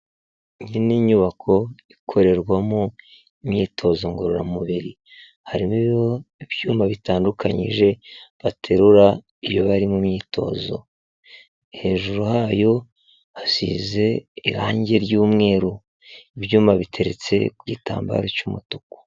Iyi n'inyubako ikorerwamo imyitozo ngororamubiri harimo ibyuma bitandukanyije baterura iyo bari mu myitozo, hejuru hayo hasize irange ry'umweru ibyuma biteretse ku gitambaro cy'umutuku.